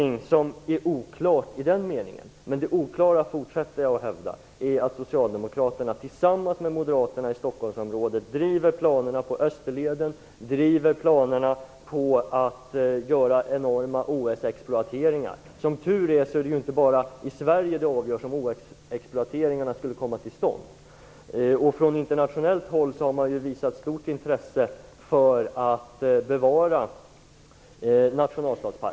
Jag vidhåller dock att det finns oklarheter i den här frågan, eftersom socialdemokraterna och moderaterna i Stockholmsområdet tillsammans driver planerna på Österleden och på att göra enorma OS-exploateringar. Som tur är kommer det inte bara att avgöras i Sverige om en OS-exploatering skall komma till stånd. Från internationellt håll har man visat stort intresse för att bevara nationalstadsparken.